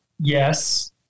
yes